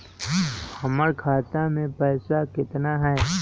हमर खाता मे पैसा केतना है?